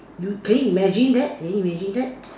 you can you imagine that can you imagine that